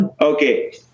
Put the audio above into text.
okay